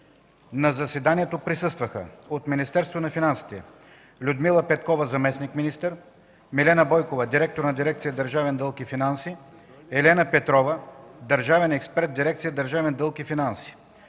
На заседанието присъстваха: от Министерството на финансите: Людмила Петкова – заместник-министър, Милена Бойкова – директор на дирекция „Държавен дълг и финанси”, Елена Петрова – държавен експерт в дирекция „Държавен дълг и финанси”;